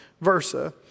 versa